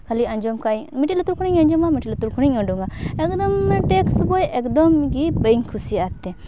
ᱠᱷᱟᱹᱞᱤ ᱟᱸᱡᱚᱢ ᱠᱟᱜ ᱟᱹᱧ ᱢᱤᱫᱴᱤᱡ ᱞᱩᱛᱩᱨ ᱠᱷᱚᱱᱤᱧ ᱟᱸᱡᱚᱢᱟᱹᱧ ᱢᱤᱫᱴᱮᱡ ᱞᱩᱛᱩᱨ ᱠᱷᱚᱱᱤᱧ ᱩᱰᱩᱠᱟ ᱮᱠᱫᱚᱢ ᱴᱮᱥᱴ ᱵᱳᱭ ᱮᱠᱫᱚᱢ ᱜᱮ ᱵᱟᱹᱧ ᱠᱩᱥᱤᱭᱟᱜᱼᱟ ᱛᱮ